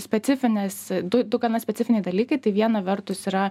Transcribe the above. specifinės du du gana specifiniai dalykai tai viena vertus yra